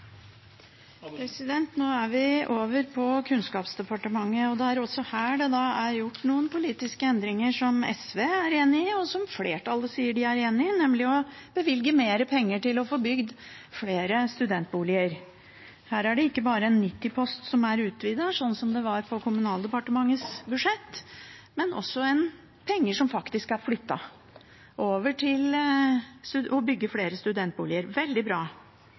her gjort noen politiske endringer som SV er enig i, og som flertallet sier de er enig i, nemlig å bevilge mer penger til å få bygd flere studentboliger. Her er det ikke bare en 90-post som er utvidet, slik det var på Kommunal- og moderniseringsdepartementets budsjett, men også penger som faktisk er flyttet, over til å bygge flere studentboliger. Det er veldig bra.